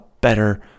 better